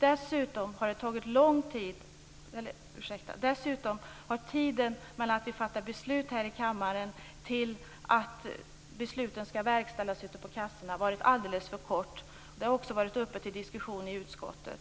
Dessutom har tiden mellan att vi fattat beslut här i kammaren till dess att besluten skall verkställas ute på kassorna varit alldeles för kort. Det har också varit uppe till diskussion i utskottet.